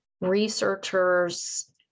researchers